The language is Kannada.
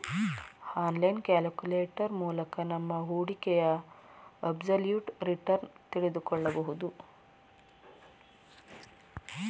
ಆನ್ಲೈನ್ ಕ್ಯಾಲ್ಕುಲೇಟರ್ ಮೂಲಕ ನಮ್ಮ ಹೂಡಿಕೆಯ ಅಬ್ಸಲ್ಯೂಟ್ ರಿಟರ್ನ್ ತಿಳಿದುಕೊಳ್ಳಬಹುದು